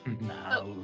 Now